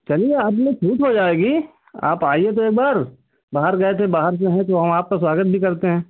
चलिए आप लोग छूट हो जाएगी आप लोग आईए तो एक बार बाहर गए थे बाहर से आएं हैं तो हम आपका स्वागत भी करते हैं